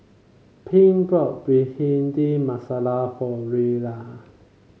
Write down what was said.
Pink bought Bhindi Masala for Rella